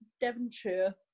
Devonshire